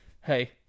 hey